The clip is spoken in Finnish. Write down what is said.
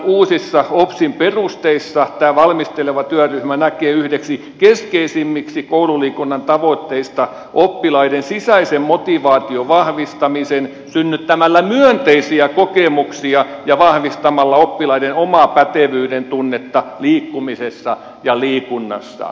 uusissa opsin perusteissa tämä valmisteleva työryhmä näkee yhdeksi keskeisimmistä koululiikunnan tavoitteista oppilaiden sisäisen motivaation vahvistamisen synnyttämällä myönteisiä kokemuksia ja vahvistamalla oppilaiden omaa pätevyydentunnetta liikkumisessa ja liikunnassa